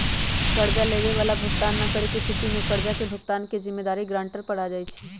कर्जा लेबए बला भुगतान न करेके स्थिति में कर्जा के भुगतान के जिम्मेदारी गरांटर पर आ जाइ छइ